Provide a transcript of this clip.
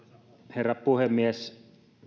herra puhemies